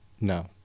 No